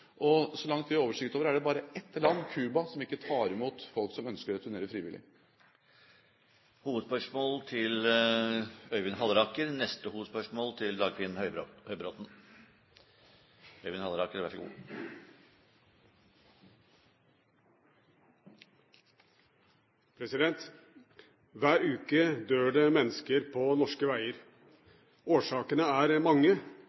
Så langt vi har oversikt over det, er det bare ett land, Cuba, som ikke tar imot folk som ønsker å returnere frivillig. Vi går videre til neste hovedspørsmål. Hver uke dør det mennesker på norske veger. Årsakene er mange. Det er fart, det